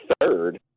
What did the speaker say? third